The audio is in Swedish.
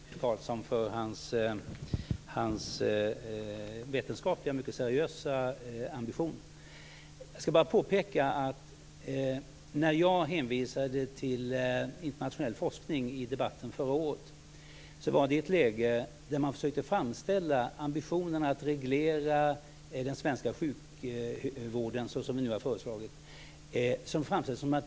Fru talman! Jag ska också gärna ge en liten eloge till Leif Carlson för hans vetenskapliga och mycket seriösa ambition. Jag vill bara påpeka att när jag hänvisade till internationell forskning i debatten förra året, var det i ett läge där man försökte framställa ambitionen att reglera den svenska sjukvården, såsom vi nu har föreslagit, som unikt svensk.